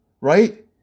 right